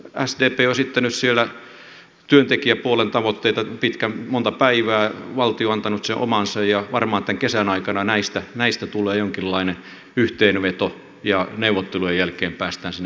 sdp on esittänyt siellä työntekijäpuolen tavoitteita monta päivää valtio on antanut omansa ja varmasti tämän kesän aikana näistä tulee jonkinlainen yhteenveto ja neuvottelujen jälkeen päästään sinne